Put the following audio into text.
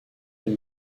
dans